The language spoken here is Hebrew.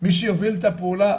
מי שיוביל את הפעולה,